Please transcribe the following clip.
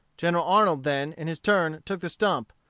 general arnold then, in his turn, took the stump,